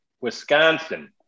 Wisconsin